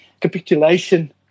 capitulation